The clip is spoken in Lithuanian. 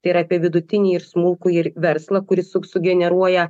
tai yra apie vidutinį ir smulkųjį verslą kuris suk sugeneruoja